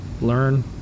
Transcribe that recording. Learn